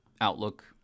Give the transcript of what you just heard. outlook